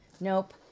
Nope